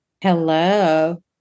Hello